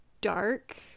dark